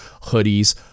hoodies